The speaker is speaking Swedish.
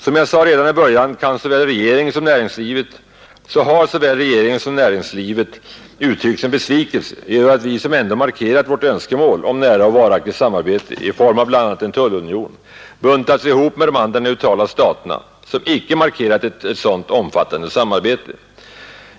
Som jag sade redan i början har såväl regeringen som näringslivet uttryckt sin besvikelse över att vi, som ändå markerat vårt önskemål om nära och varaktigt samarbete i form av bl.a. en tullunion, buntats ihop med de andra neutrala staterna, som icke markerat ett sådant omfattande samarbete.